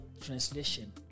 translation